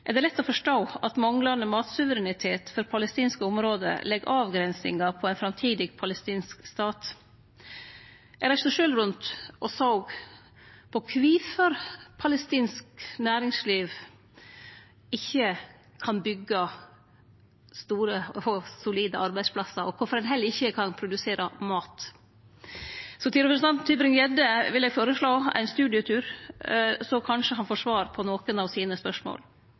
er det lett å forstå at manglande matsuverenitet for det palestinske området legg avgrensingar på ein framtidig palestinsk stat. Eg reiste sjølv rundt og såg på kvifor palestinsk næringsliv ikkje kan byggje store og solide arbeidsplassar, og kvifor ein heller ikkje kan produsere mat. Så til representanten Tybring-Gjedde vil eg føreslå ein studietur, så kanskje han får svar på nokre av spørsmåla sine.